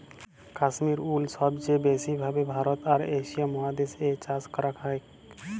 Kashmir wool সবচে ব্যাসি ভাবে ভারতে আর এশিয়া মহাদেশ এ চাষ করাক হয়ক